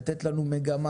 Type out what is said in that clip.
לתת לנו מגמה,